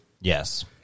Yes